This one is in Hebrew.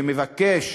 ומבקש